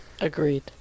Agreed